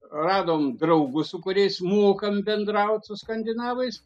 radom draugų su kuriais mokam bendraut su skandinavais